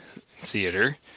theater